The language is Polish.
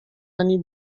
ani